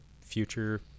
future